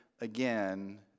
again